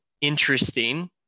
interesting